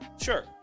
Sure